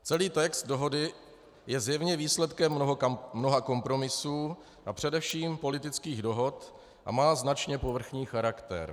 Celý text dohody je zjevně výsledkem mnoha kompromisů a především politických dohod a má značně povrchní charakter.